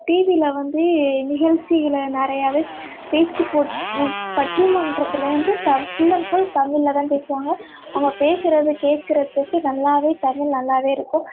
டிவியில் வந்து நிகழ்ச்சிகளை நிறையாவே பேச்சு போ பட்டிமன்றத்தில் வந்து த ஃபுல் அண்ட் ஃபுல் தமிழில் தான் பேசுவாங்க அவங்க பேசுகிறத கேட்குறதுக்கு நல்லாவே தமிழ் நல்லாவே இருக்கும்